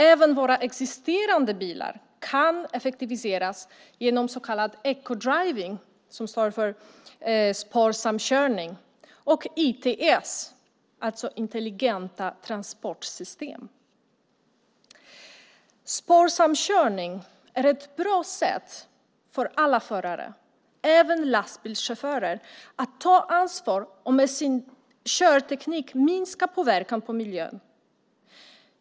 Även våra existerande bilar kan effektiviseras genom så kallad eco-driving , som står för sparsam körning, och ITS, alltså intelligenta transportsystem. Sparsam körning är ett bra sätt för alla förare, även lastbilschaufförer, att ta ansvar och med sin körteknik minska påverkan på miljön.